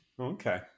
Okay